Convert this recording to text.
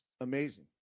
amazing